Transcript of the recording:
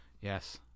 Yes